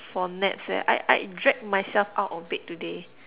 for naps leh I I drag myself out of bed today